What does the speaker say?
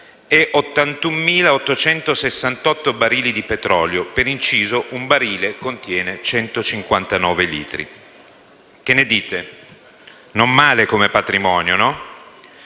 e 81.868 barili di petrolio: per inciso, un barile contiene 159 litri di petrolio. Che ne dite? Non è male come patrimonio. Un